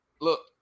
look